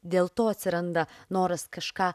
dėl to atsiranda noras kažką